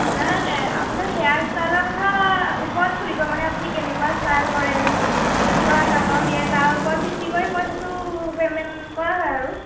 আপোনাক আপোনাৰ হেয়াৰ ষ্টাইলৰ কথা ওপৰত চলিব মানে আপুনি কেনেকুৱা ষ্টাইল কৰে কেনেকুৱা কাটন দিয়ে তাৰ ওপৰত ভিত্তি কৰি পইচাটো পে'মেণ্ট কৰা হয় আৰু